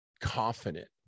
confident